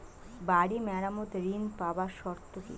বাড়ি মেরামত ঋন পাবার শর্ত কি?